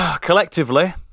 Collectively